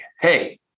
hey